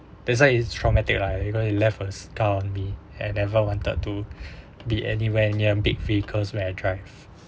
that's why it's traumatic lah because it left a scar on me and never wanted to be anywhere near big vehicles when I drive